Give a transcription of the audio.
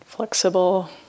Flexible